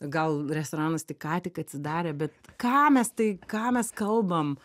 gal restoranas tik ką tik atsidarė bet ką mes tai ką mes kalbam